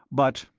but